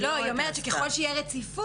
לא, היא אומרת שככל שתהיה רציפות.